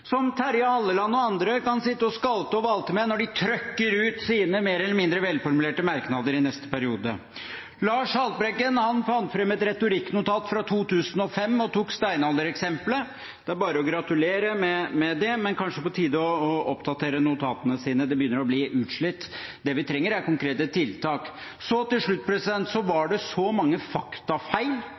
som Terje Halleland og andre kan sitte og skalte og valte med når de trykker ut sine mer eller mindre velformulerte merknader i neste periode. Lars Haltbrekken fant fram et retorikknotat fra 2005 og tok steinaldereksemplet. Det er bare å gratulere med det, men det er kanskje på tide å oppdatere notatene sine, de begynner å bli utslitt. Det vi trenger, er konkrete tiltak. Til slutt: Det var så mange